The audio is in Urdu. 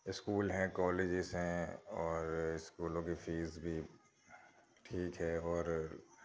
اسکول ہیں کالجیز ہیں اور اسکولوں کی فیس بھی ٹھیک ہے اور